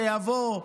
שיבוא,